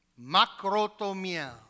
Macrotomia